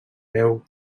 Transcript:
veu